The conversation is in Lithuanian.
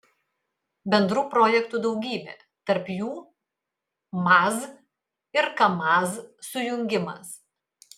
bendrų projektų daugybė tarp jų maz ir kamaz sujungimas